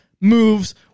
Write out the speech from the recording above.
moves